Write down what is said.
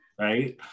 right